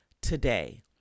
today